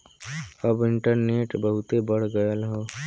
अब इन्टरनेट बहुते बढ़ गयल हौ